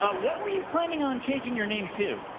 ah what were you planning on changing your name to?